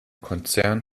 konzern